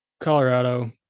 Colorado